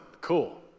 cool